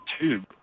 tube